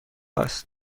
است